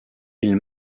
ils